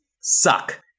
suck